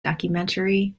documentary